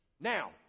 Now